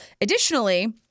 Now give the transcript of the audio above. Additionally